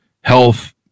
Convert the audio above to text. health